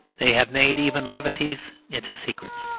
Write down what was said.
they have made even levities into secrets.